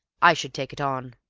i should take it on!